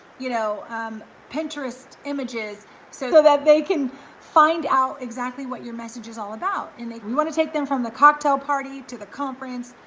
you know pinterest images so that they can find out exactly what your message is all about. and we wanna take them from the cocktail party to the conference,